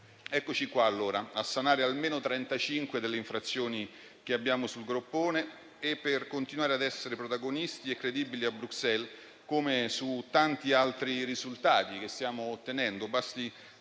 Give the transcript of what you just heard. quindi a sanare almeno 35 delle infrazioni che gravano su di noi, per continuare a essere protagonisti e credibili a Bruxelles come per tanti altri risultati che stiamo ottenendo: